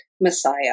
Messiah